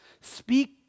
Speak